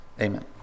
Amen